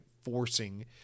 forcing